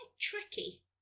tricky